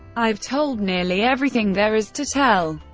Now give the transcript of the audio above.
i've told nearly everything there is to tell.